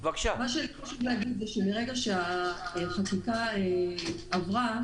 עבודה מול מפעלים בחו"ל,